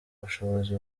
bushobozi